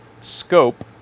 scope